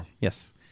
Yes